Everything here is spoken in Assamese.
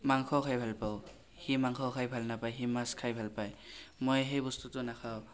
মাংস খাই ভাল পাওঁ সি মাংস খাই ভাল নাপায় সি মাছ খাই ভাল পায় মই সেই বস্তুটো নাখাওঁ